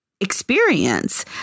experience